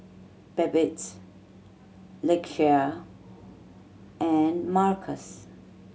Babettes Lakeshia and Marcus